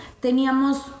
teníamos